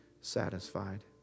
satisfied